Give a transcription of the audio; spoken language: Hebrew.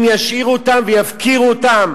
אם ישאירו אותם ויפקירו אותם